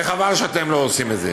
וחבל שאתם לא עושים את זה.